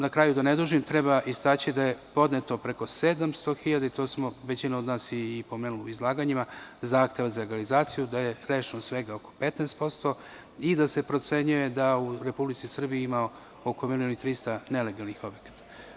Na kraju, da ne dužim, treba istaći da je podneto preko 700.000 hiljada, to je većinu od nas pomelo u izlaganjima, zahteva za legalizaciju, da je rešeno svega oko 15% i da se procenjuje da u Republici Srbiji ima oko milion i 300 hiljada nelegalnih objekata.